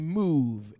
move